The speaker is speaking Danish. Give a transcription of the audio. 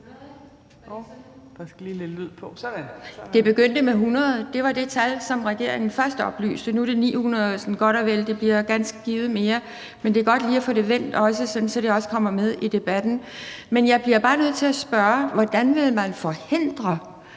Det begyndte med 100. Det var det tal, som regeringen først oplyste. Nu er det 900, godt og vel. Det bliver ganske givet større. Det er godt lige at få det vendt, sådan at det også kommer med i debatten. Men jeg bliver bare nødt til at spørge: Hvordan vil man forhindre,